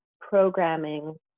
programming